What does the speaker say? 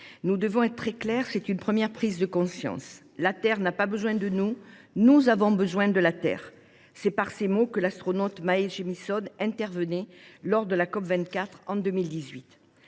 nous devons être très clairs, c’est une première prise de conscience : la Terre n’a pas besoin de nous, nous avons besoin de la Terre. »: tels étaient les mots de l’astronaute Mae Jemison lors de la COP 24, en 2018.